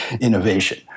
innovation